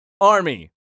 Army